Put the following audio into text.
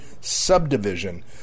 subdivision